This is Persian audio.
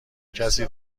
کسی